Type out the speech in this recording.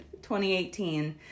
2018